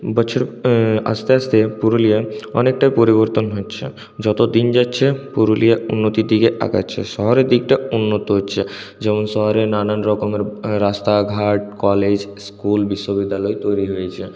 বছর আস্তে আস্তে পুরুলিয়ায় অনেকটাই পরিবর্তন হচ্ছে যত দিন যাচ্ছে পুরুলিয়া উন্নতির দিকে এগোচ্ছে শহরের দিকটা উন্নত হচ্ছে যেমন শহরে নানান রকমের রাস্তাঘাট কলেজ স্কুল বিশ্ববিদ্যালয় তৈরি হয়েছে